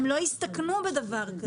הם לא יסתכנו בדבר כזה.